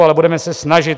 Ale budeme se snažit.